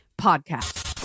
Podcast